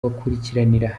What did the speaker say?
bakurikiranira